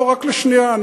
רק לשנייה,